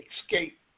Escape